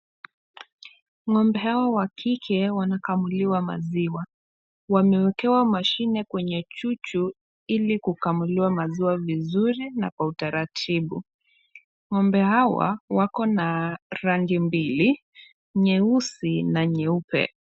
Ng'ombe hawa wa kike wanakamuliwa maziwa. Wamewekewa mashine kwenye chuchu, ili kukamuliwa maziwa vizuri na kwa utaratibu. Ng'ombe hawa wako na rangi mbili, nyeusi na nyeupe.